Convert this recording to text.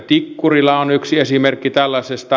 tikkurila on yksi esimerkki tällaisesta